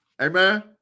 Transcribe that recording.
Amen